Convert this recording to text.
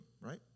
right